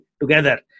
together